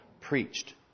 preached